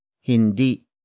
Hindi